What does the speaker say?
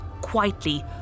quietly